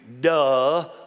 duh